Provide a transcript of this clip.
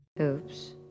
Oops